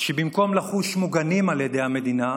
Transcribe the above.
שבמקום לחוש מוגנים על ידי המדינה,